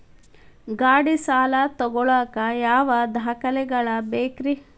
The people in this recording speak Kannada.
ಗಾಡಿ ಸಾಲ ತಗೋಳಾಕ ಯಾವ ದಾಖಲೆಗಳ ಬೇಕ್ರಿ?